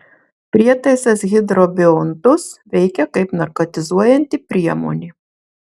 prietaisas hidrobiontus veikia kaip narkotizuojanti priemonė